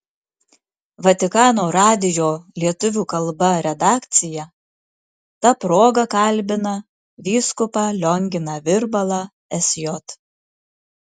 vatikano radijo lietuvių kalba redakcija ta proga kalbina vyskupą lionginą virbalą sj